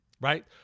right